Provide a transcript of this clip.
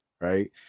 right